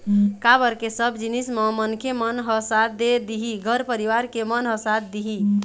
काबर के सब जिनिस म मनखे मन ह साथ दे दिही घर परिवार के मन ह साथ दिही